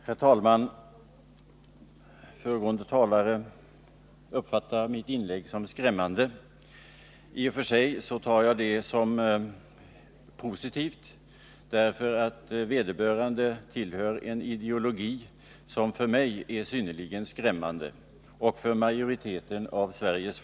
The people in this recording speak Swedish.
Herr talman! Tore Claeson uppfattade mitt inlägg som skrämmande. I och för sig tar jag det som något positivt, eftersom Tore Claeson bekänner sig till en ideologi som ter sig synnerligen skrämmande för mig och för majoriteten av svenska folket.